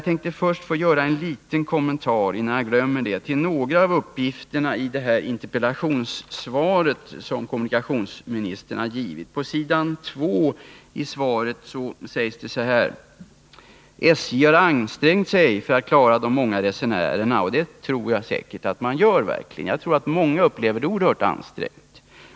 Bara en liten kommentar, innan jag glömmer det, till några av uppgifterna i det interpellationssvar som kommunikationsministern har givit och där det sägs: ”SJ har ansträngt sig för att klara de många resenärerna.” Det är jag säker på att man verkligen gör, och jag tror att många andra upplever detsamma.